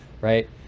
right